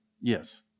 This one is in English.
Yes